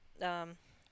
um